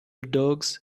dogs